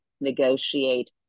negotiate